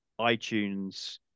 iTunes